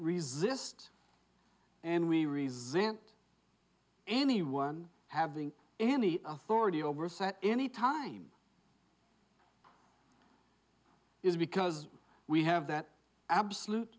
resist and we resent anyone having any authority over set any time is because we have that absolute